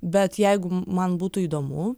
bet jeigu man būtų įdomu